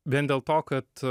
vien dėlto kad